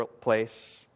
place